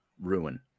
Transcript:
ruin